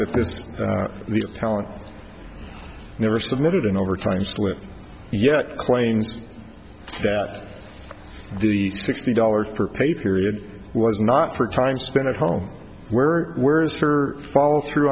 that this the talent never submitted an overtime slip yet claims that the sixty dollars per pay period was not for time spent at home were worse for follow through